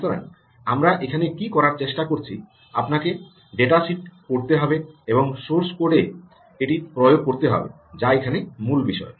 সুতরাং আমরা এখানে কী করার চেষ্টা করছি আপনাকে ডেটাসিটটি পড়তে হবে এবং সোর্স কোডে এটি প্রয়োগ করতে হবে যা এখানে মূল বিষয়